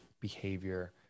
behavior